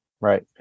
Right